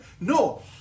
No